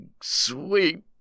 sweet